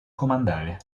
comandare